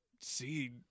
see